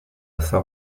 san